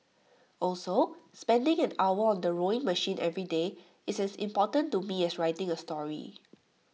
also spending an hour on the rowing machine every day is as important to me as writing A story